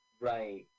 Right